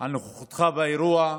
על נוכחותך באירוע,